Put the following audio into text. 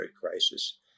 crisis